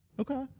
Okay